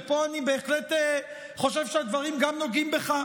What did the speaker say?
ופה אני בהחלט חושב שהדברים נוגעים גם בך.